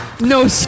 No